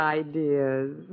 ideas